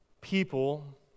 people